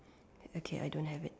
okay I don't have it